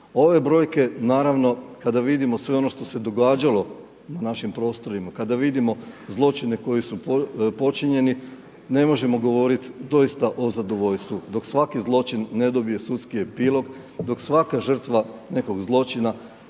Ove brojke naravno, kada vidimo sve ono što se događalo na našim prostorima, kada vidimo zločine koji su počinjeni, ne možemo govorit doista o zadovoljstvu dok svaki zločin ne dobije sudski epilog, dok svaka žrtva nekog zločina